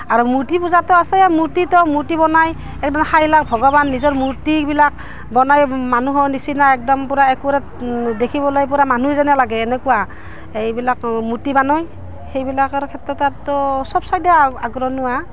আৰু মূৰ্তি পূজাতো আছেয়ে মূৰ্তিটো মূৰ্তি বনায় একদম সাইলাখ ভগৱান নিজৰ মূৰ্তিবিলাক বনায় মানুহৰ নিচিনা একদম পূৰা একুৰেট দেখিবলৈ পূৰা মানুহ যেনে লাগে এনেকুৱা এইবিলাক মূৰ্তি বানোই সেইবিলাকৰ ক্ষেত্ৰত আৰু ত' চব চাইডেই আগ আগৰণুৱা